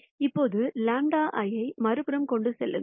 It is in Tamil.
இப்போது λ ஐ மறுபுறம் கொண்டு செல்லுங்கள்